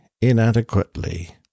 inadequately